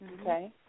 Okay